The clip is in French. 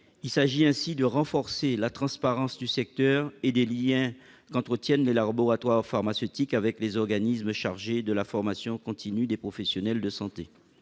Il s'agit ainsi de renforcer la transparence du secteur et des liens que les laboratoires pharmaceutiques entretiennent avec les organismes chargés de la formation continue des professionnels de santé.